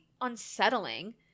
unsettling